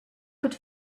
could